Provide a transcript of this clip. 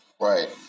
Right